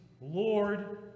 Lord